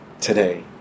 today